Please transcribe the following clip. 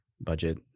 budget